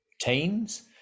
teens